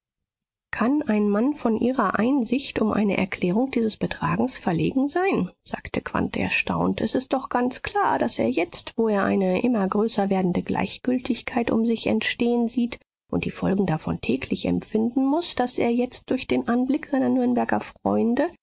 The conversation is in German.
kann ein mann von ihrer einsicht um eine erklärung dieses betragens verlegen sein sagte quandt erstaunt es ist doch ganz klar daß er jetzt wo er eine immer größer werdende gleichgültigkeit um sich entstehen sieht und die folgen davon täglich empfinden muß daß er jetzt durch den anblick seiner nürnberger freunde